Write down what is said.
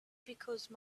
because